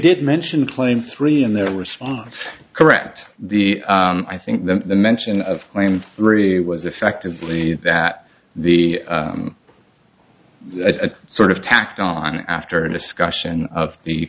did mention claim three in their response correct the i think that the mention of claim three was effectively that the sort of tacked on after a discussion of the